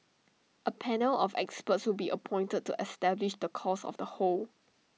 A panel of experts to be appointed to establish the cause of the hole